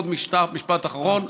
משפט אחרון,